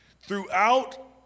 Throughout